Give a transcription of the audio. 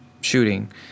shooting